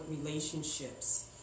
relationships